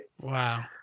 Wow